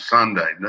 Sunday